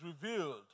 revealed